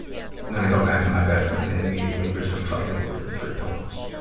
then i go back in my bedroom and they immediately resume fighting over the three pillows.